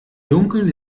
dunkeln